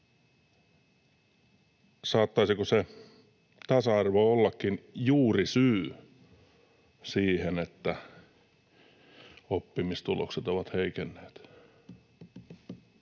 saattaisiko se tasa-arvo ollakin juurisyy siihen, että oppimistulokset ovat heikenneet.